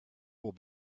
will